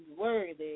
worthy